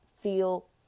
feel